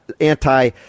anti